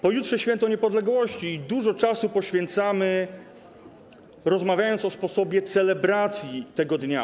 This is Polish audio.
Pojutrze święto niepodległości i dużo czasu poświęcamy na rozmowę o sposobie celebracji tego dnia.